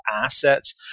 assets